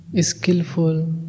skillful